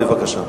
בבקשה.